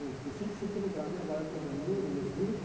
ಸುಶಿಕ್ಷಿತರು ಗ್ರಾಮೀಣ ಭಾಗಕ್ಕೆ ಬಂದು ನೆಲೆಸಿ